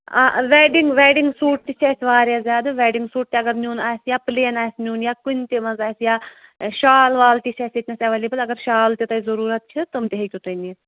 آ wedding wedding suit تہِ چھِ اَسہِ واریاہ زیادٕ ویڈِنٛگ سوٗٹ تہِ اگر نیُٚن آسہِ یا پٕلین آسہِ نیُٚن یا کُنہِ تہِ منٛز آسہِ یا شال وال تہِ چھِ اَسہِ ییٚتہِ نَس ایویلیبٕل اگر شال تہِ تۄہہِ ضروٗرَت چھِ تِم تہِ ہیکِو تُہۍ نِتھ